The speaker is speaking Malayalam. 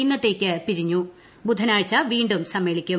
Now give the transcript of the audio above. ഇന്നത്തേക്ക് പിരിഞ്ഞു ബുധനാഴ്ച വീണ്ടും സമ്മേളിക്കും